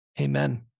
Amen